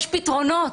יש פתרונות.